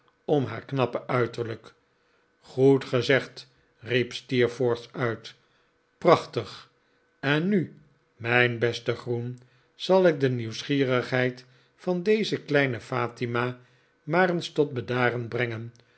om haar knappe uiterlijk goed gezegd riep steerforth uit prachtig en nu mijn beste groen zal ik de nieuwsgierigheid van deze kleine fatima maar eens tot bedaren brengen